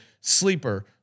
Sleeper